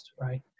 right